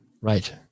Right